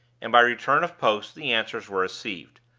and by return of post the answers were received.